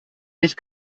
nicht